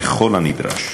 ככל הנדרש.